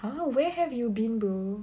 !huh! where have you been bro